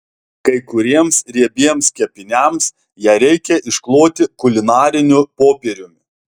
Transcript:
kai kuriems riebiems kepiniams ją reikia iškloti kulinariniu popieriumi